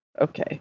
Okay